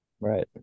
Right